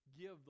give